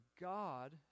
God